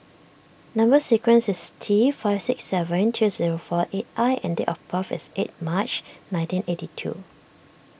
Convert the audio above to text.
Number Sequence is T five six seven two zero four eight I and date of birth is eight March nineteen eighty two